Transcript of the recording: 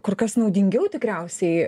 kur kas naudingiau tikriausiai